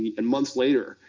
and months later,